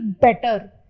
better